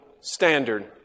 standard